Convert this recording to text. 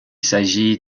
s’agit